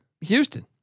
Houston